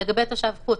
לגבי תושב חוץ,